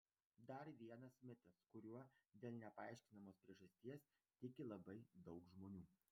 dar vienas mitas kuriuo dėl nepaaiškinamos priežasties tiki labai daug žmonių